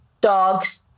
dogs